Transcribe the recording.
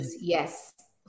yes